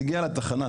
היא הגיעה לתחנה,